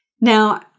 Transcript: Now